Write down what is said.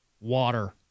Water